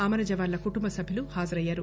అమరజవాన్ల కుటుంబ సభ్యులు హాజరయ్యారు